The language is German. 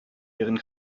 ihren